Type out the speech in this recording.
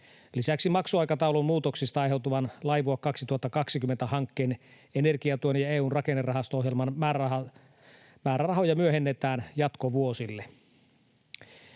Lisäksi maksuaikataulun muutoksista aiheutuen Laivue 2020 ‑hankkeen, energiatuen ja EU:n rakennerahasto-ohjelman määrärahoja myöhennetään jatkovuosille.